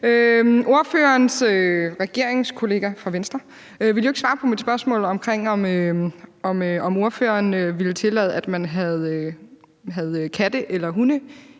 Ordførerens regeringskollega fra Venstre ville jo ikke svare på mit spørgsmål om, om ordføreren ville tillade, at man havde katte eller hunde